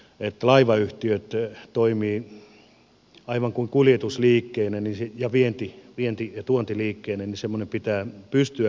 tämmöinen palvelu että laivayhtiöt toimivat aivan kuin kuljetusliikkeinä ja vienti ja tuontiliikkeinä pitää pystyä kyllä estämään